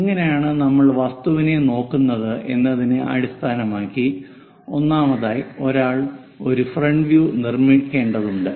എങ്ങനെയാണ് നമ്മൾ വസ്തുവിനെ നോക്കുന്നത് എന്നതിനെ അടിസ്ഥാനമാക്കി ഒന്നാമതായി ഒരാൾ ഒരു ഫ്രണ്ട് വ്യൂ നിർമ്മിക്കേണ്ടതുണ്ട്